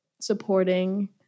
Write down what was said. supporting